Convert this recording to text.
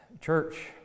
church